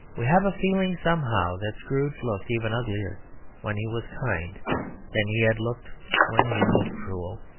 we have a feeling somehow that scrooge looked even uglier when he was kind than he had looked when he was cruel.